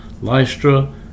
Lystra